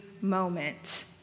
moment